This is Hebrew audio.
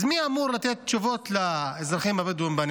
אז מי אמור לתת תשובות לאזרחים הבדואים בנגב?